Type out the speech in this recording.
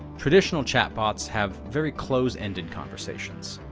traditional chatbots have very closed-ended conversations.